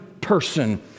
person